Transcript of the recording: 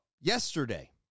yesterday